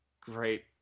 great